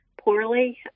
poorly